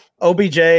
OBJ